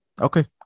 Okay